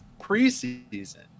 preseason